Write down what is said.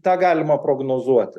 tą galima prognozuoti